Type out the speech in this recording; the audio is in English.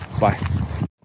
bye